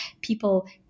people